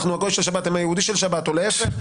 אנחנו הגוי של שבת, הם היהודי של שבת, או להפך.